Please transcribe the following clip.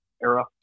era